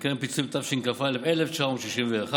וקרן פיצויים, התשכ"א 1961,